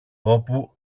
όπου